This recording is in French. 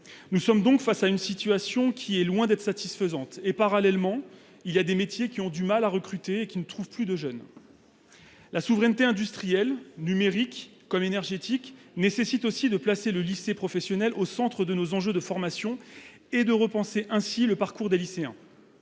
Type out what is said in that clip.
Nous sommes donc face à une situation qui est loin d'être satisfaisante. Parallèlement, certains métiers ont du mal à recruter et ne trouvent plus de jeunes. La souveraineté industrielle, numérique et énergétique nécessite aussi de placer le lycée professionnel au centre de nos enjeux de formation et de repenser le parcours des lycéens.